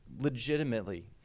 legitimately